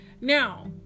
Now